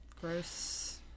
gross